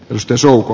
jos työsulku